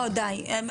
לא, די עופה.